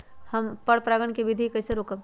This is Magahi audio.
पर परागण केबिधी कईसे रोकब?